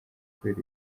kubera